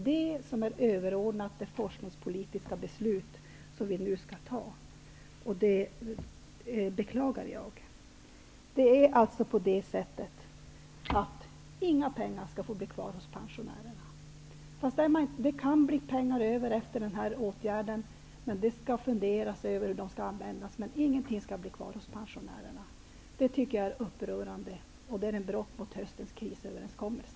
Det är överordnat det forskningspolitiska beslut vi nu skall fatta, och det beklagar jag. Inga pengar skall få bli kvar hos pensionärerna. Det kan bli pengar över efter denna åtgärd, och det skall funderas över hur de skall användas. Ingenting skall bli kvar hos pensionärerna. Det tycker jag är upprörande, och det är ett brott mot höstens krisöverenskommelse.